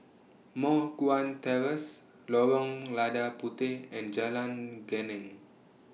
Moh Guan Terrace Lorong Lada Puteh and Jalan Geneng